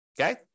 okay